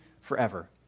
forever